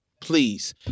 please